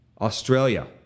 Australia